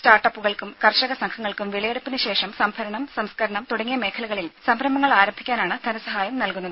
start അപ്പുകൾക്കും കർഷക സംഘങ്ങൾക്കും വിളയെടുപ്പിന് ശേഷം സംഭരണം സംസ്ക്കരണം തുടങ്ങിയ മേഖലകളിൽ സംരംഭങ്ങൾ ആരംഭിക്കാനാണ് ധന സഹായം നൽകുന്നത്